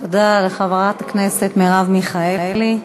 תודה לחברת הכנסת מרב מיכאלי.